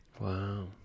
Wow